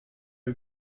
are